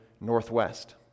Northwest